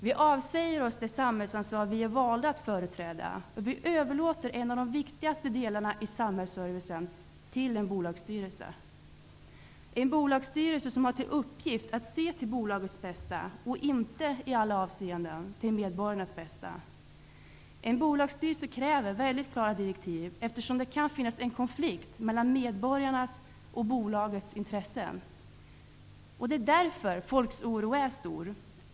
Vi avsäger oss det samhällsansvar som vi är valda att företräda. Vi överlåter en av de viktigaste delarna i samhällsservicen till en bolagsstyrelse, som har till uppgift att se till bolagets bästa och inte i alla avseenden till medborgarnas bästa. En bolagsstyrelse kräver väldigt klara direktiv, eftersom det kan finnas en konflikt mellan medborgarnas och bolagets intressen. Det är därför människors oro är stor.